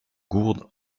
gourde